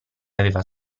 aveva